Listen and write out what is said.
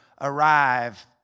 arrive